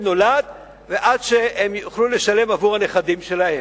נולד ועד שהם יוכלו לשלם עבור הנכדים שלהם.